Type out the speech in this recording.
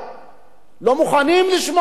לא מוכנים לשמוע שיש בעיה.